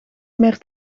meer